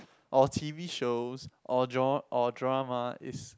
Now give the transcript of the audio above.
or t_v shows or dr~ or dramas is